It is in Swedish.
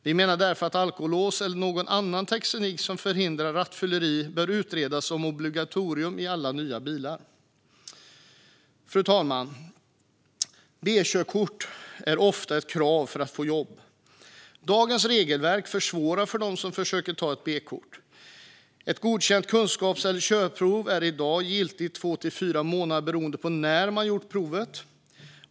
Vi menar därför att alkolås eller någon annan teknik som förhindrar rattfylleri som obligatorium i alla nya bilar bör utredas. Fru talman! B-körkort är ofta ett krav för att få jobb. Dagens regelverk försvårar för dem som försöker ta ett B-kort. Ett godkänt kunskaps eller körprov är i dag giltigt två till fyra månader beroende på när man gjort provet.